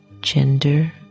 gender